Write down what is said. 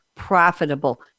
profitable